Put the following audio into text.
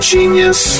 Genius